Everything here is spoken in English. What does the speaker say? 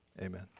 Amen